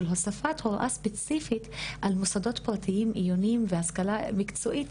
של הוספת הוראה ספציפית על מוסדות פרטיים עיוניים והשכלה מקצועית,